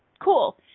cool